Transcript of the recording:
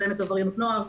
מתאמת עבריינות נוער,